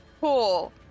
cool